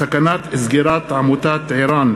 סכנת סגירת עמותת ער"ן,